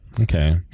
okay